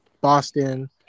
Boston